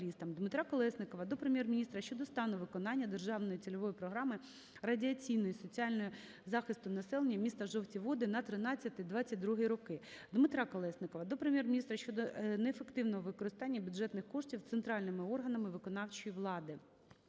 Дмитра Колєснікова до Прем'єр-міністра щодо стану виконання Державної цільової Програми радіаційного і соціального захисту населення міста Жовті Води на 13-22-гі роки. Дмитра Колєснікова до Прем'єр-міністра щодо неефективного використання бюджетних коштів Центральними органами виконавчої влади.